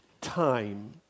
time